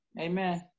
amen